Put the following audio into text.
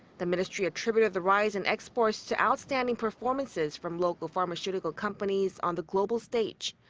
the ministry attributed the rise in exports to outstanding performances from local pharmaceutical companies on the global stage.